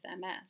MS